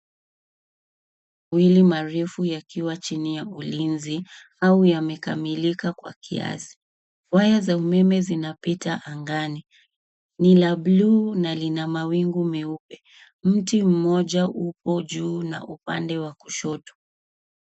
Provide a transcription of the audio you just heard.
Marefu yakiwa chini ya ulinzi au yamekamilika kwa kiasi waya za umeme zinapita angani ni la buluu na lina mawingu meupe mti mmoja upo juu na upande wa kushoto